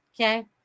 Okay